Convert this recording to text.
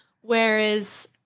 Whereas